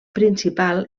principal